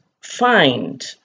find